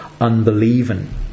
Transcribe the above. unbelieving